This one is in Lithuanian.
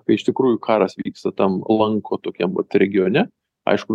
kai iš tikrųjų karas vyksta tam lanko tokiam vat regione aišku